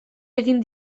egin